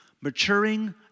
Maturing